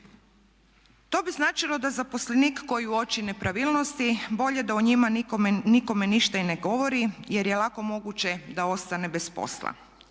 To bi značilo da zaposlenik koji uoči nepravilnosti bolje da o njima nikome ništa i ne govori jer je lako moguće da ostane bez posla.